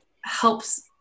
helps